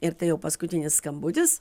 ir tai jau paskutinis skambutis